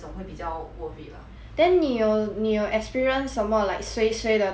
then 你有你有 experience 什么 like suay suay 的东西在 Taobao 过吗